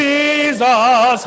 Jesus